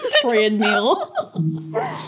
Treadmill